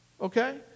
Okay